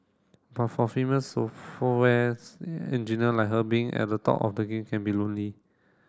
but for female engineer like her being at the top of the game can be lonely